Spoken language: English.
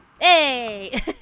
Hey